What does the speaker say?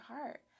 heart